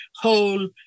whole